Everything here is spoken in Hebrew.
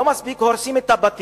לא מספיק שהורסים את הבתים,